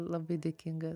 labai dėkinga